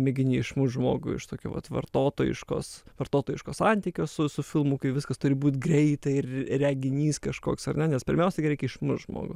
mėgini išmušt žmogų iš tokio vat vartotojiškos vartotojiško santykio su su filmu kai viskas turi būt greitai ir reginys kažkoks ar ne nes pirmiausia gi reikia išmušt žmogų